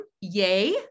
yay